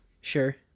Sure